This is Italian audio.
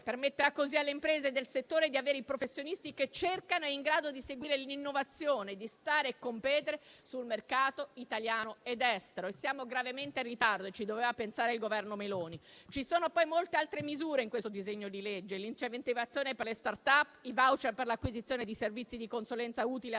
permetterà alle imprese del settore di trovare i professionisti che cercano, in grado di seguire l'innovazione, di stare e competere sul mercato italiano ed estero. Siamo gravemente in ritardo e ci doveva pensare il Governo Meloni. Ci sono poi molte altre misure in questo disegno di legge: l'incentivazione per le *startup*, i *voucher* per l'acquisizione di servizi di consulenza utili